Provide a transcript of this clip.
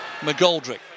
McGoldrick